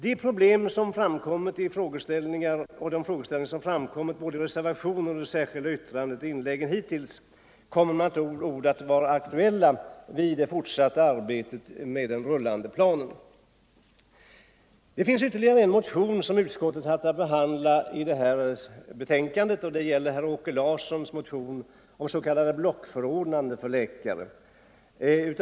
De problem och frågeställningar som framkommit såväl i reservationen och det särskilda yttrandet som i inläggen hittills kommer med andra ord att vara aktuella vid det fortsatta arbetet med den rullande planen. Det finns ytterligare en motion som utskottet haft att behandla i det här betänkandet, och det är herr Åke Larssons i Karlskoga motion om s.k. blockförordnanden för läkare.